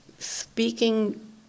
Speaking